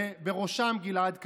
ובראשם גלעד קריב.